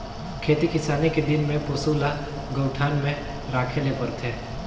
खेती किसानी के दिन में पसू ल गऊठान में राखे ले परथे